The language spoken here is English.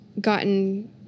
gotten